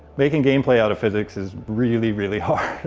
making gameplay out of physics is really, really hard,